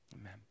amen